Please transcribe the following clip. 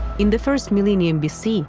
in the first millennium bc